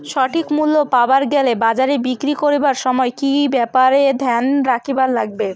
সঠিক মূল্য পাবার গেলে বাজারে বিক্রি করিবার সময় কি কি ব্যাপার এ ধ্যান রাখিবার লাগবে?